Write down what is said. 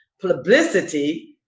publicity